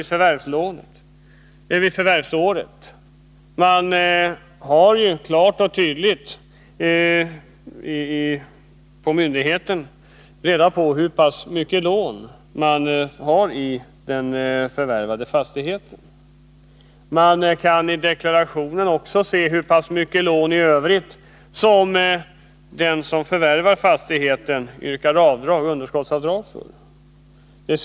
På myndigheten har ju man klart och tydligt reda på hur stora lån som finns i den förvärvade fastigheten. Man kan i deklarationen också se hur pass mycket lån i övrigt som den som förvärvar fastigheten yrkar underskottsavdrag för.